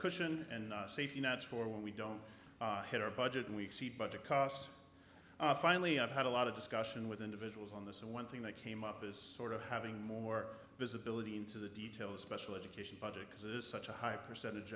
on and safety nets for when we don't hit our budget and we exceed budget costs finally i've had a lot of discussion with individuals on this and one thing that came up is sort of having more visibility into the details special education budget because it's such a high percentage